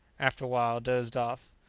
after a while dozed off.